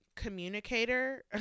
communicator